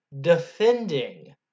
defending